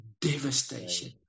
devastation